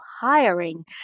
hiring